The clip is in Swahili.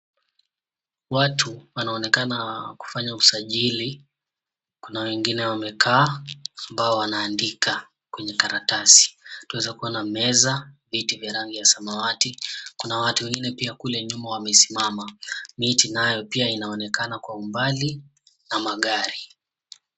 Watu wanaonekana kufanya usajili. Kuna wengine wamekaa ambao wanaandika kwenye karatasi. Tunaweza kuona meza, viti vya rangi ya samawati. Kuna watu wengine pia kule nyuma wamesimama. Miti nayo pia inaonekana kwa umbali na magari.